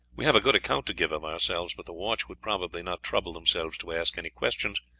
we have a good account to give of ourselves, but the watch would probably not trouble themselves to ask any questions,